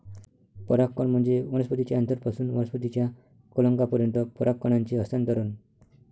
परागकण म्हणजे वनस्पतीच्या अँथरपासून वनस्पतीच्या कलंकापर्यंत परागकणांचे हस्तांतरण